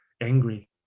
angry